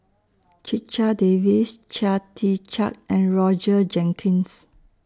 Checha Davies Chia Tee Chiak and Roger Jenkins